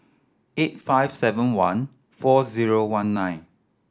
eight five seven one four zero one nine